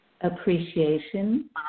appreciation